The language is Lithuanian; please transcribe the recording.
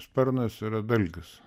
sparnas yra dalgis